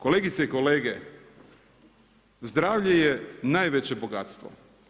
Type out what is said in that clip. Kolegice i kolege, zdravlje je najveće bogatstvo.